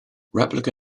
replica